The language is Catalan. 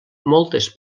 moltes